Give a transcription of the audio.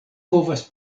povas